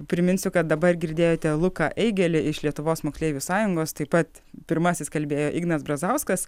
priminsiu kad dabar girdėjote luką eigėlį iš lietuvos moksleivių sąjungos taip pat pirmasis kalbėjo ignas brazauskas